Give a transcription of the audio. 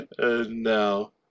No